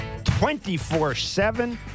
24-7